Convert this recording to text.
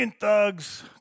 Thugs